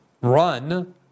run